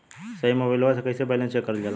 साहब मोबइलवा से कईसे बैलेंस चेक करल जाला?